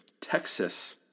Texas